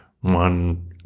one